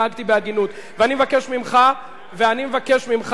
ואני מבקש ממך לא לחלק לי ציונים.